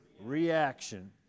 reaction